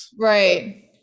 Right